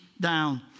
down